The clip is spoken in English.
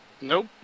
Nope